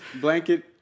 blanket